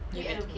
pre-allocated